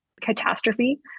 catastrophe